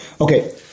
Okay